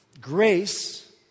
Grace